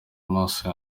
maso